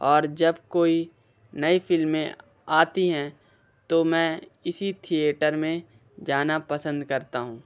और जब कोई नई फिल्में आती हैं तो मैं इसी थिएटर में जाना पसंद करता हूँ